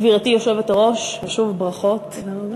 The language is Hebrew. גברתי היושבת-ראש, שוב ברכות, תודה רבה.